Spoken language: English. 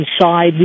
inside